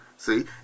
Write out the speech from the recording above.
see